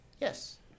Yes